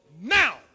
Now